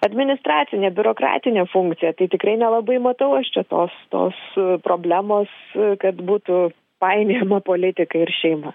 administracinė biurokratinė funkcija tai tikrai nelabai matau aš čia tos tos problemos kad būtų painiojama politika ir šeima